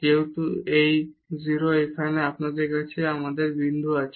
যেহেতু এটি 0 তাই এই বিন্দু আমাদের কাছে আছে